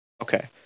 Okay